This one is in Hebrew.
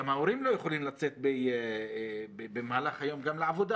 ההורים לא יכולים לצאת במהלך היום גם לעבודה?